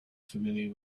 familiar